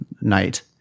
night